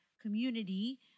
community